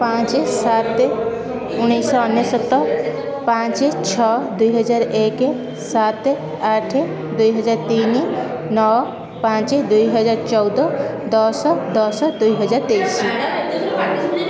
ପାଞ୍ଚ ସାତ ଉଣେଇଶ ଶହ ଅନେଶତ ପାଞ୍ଚ ଛଅ ଦୁଇ ହଜାର ଏକ ସାତ ଆଠ ଦୁଇ ହଜାର ତିନି ନଅ ପାଞ୍ଚ ଦୁଇ ହଜାର ଚଉଦ ଦଶ ଦଶ ଦୁଇ ହଜାର ତେଇଶି